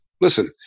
listen